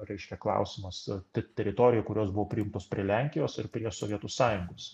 reiškia klausimas te teritorijų kurios buvo prijungtos prie lenkijos ir prie sovietų sąjungos